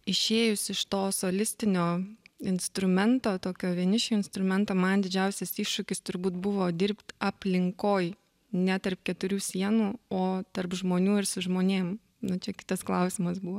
išėjus iš to solistinio instrumento tokio vienišių instrumento man didžiausias iššūkis turbūt buvo dirbt aplinkoj ne tarp keturių sienų o tarp žmonių ir su žmonėm nu čia kitas klausimas buvo